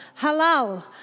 Halal